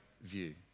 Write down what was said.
view